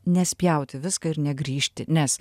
nespjaut į viską ir negrįžti nes